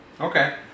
Okay